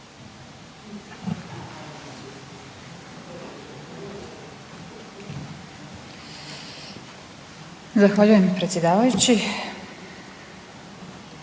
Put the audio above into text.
Zahvaljujem predsjedavajući.